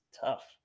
tough